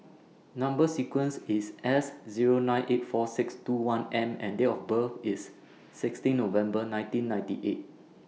Number sequence IS S Zero nine eight four six two one M and Date of birth IS sixteen November nineteen ninety eight